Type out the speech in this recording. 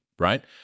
Right